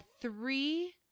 three